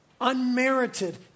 unmerited